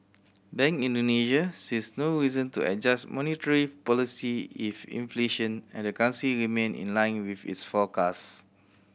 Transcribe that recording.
Bank Indonesia sees no reason to adjust monetary policy if inflation and the currency remain in line with its forecast